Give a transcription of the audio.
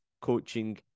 coaching